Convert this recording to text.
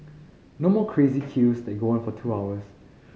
no more crazy queues that go on for two hours